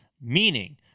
meaning